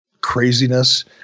craziness